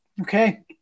Okay